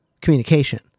communication